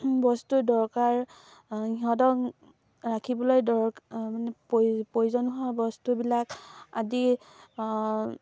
বস্তুৰ দৰকাৰ সিহঁতক ৰাখিবলৈ দৰ মানে প্ৰয়োজন হোৱা বস্তুবিলাক আদি